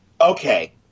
Okay